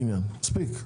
מספיק.